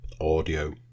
Audio